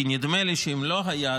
כי נדמה לי שאם לא הייתה,